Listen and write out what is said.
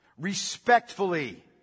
respectfully